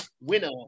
winner